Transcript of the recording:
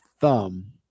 thumb